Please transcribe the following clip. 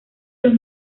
los